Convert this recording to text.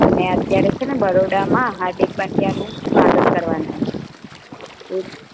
અને અત્યારે છે ને બરોડામાં હાર્દિક પંડયાનું સ્વાગત કરવાના છે એટલે